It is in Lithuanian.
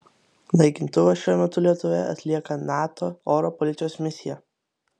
naikintuvas šiuo metu lietuvoje atlieka nato oro policijos misiją